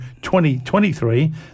2023